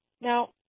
Now